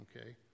okay